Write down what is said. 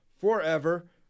forever